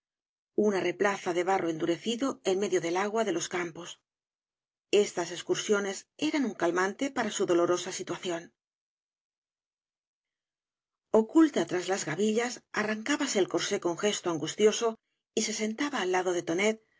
blasco ibáñez de barro endurecido en medio del agua de iqb campos estas excursiones eran un calmante para su dolorosa situación oculta tras las gavillas arrancábase el corsé con gesto angustioso y se sentaba al lado de tonet